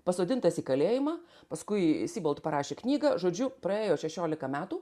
pasodintas į kalėjimą paskui sybolt parašė knygą žodžiu praėjo šešiolika metų